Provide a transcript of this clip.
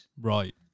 right